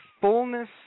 fullness